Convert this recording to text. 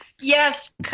Yes